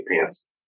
pants